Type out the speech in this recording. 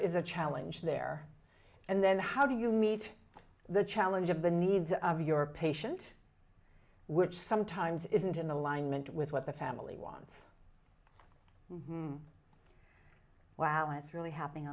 is a challenge there and then how do you meet the challenge of the needs of your patient which sometimes isn't in alignment with what the family wants and while it's really happening